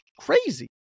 crazy